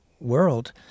world